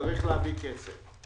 צריך להביא כסף.